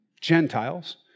Gentiles